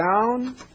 down